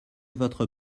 votre